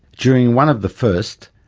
during one of the first,